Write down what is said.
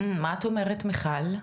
מה את אומרת, מיכל?